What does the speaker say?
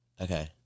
Okay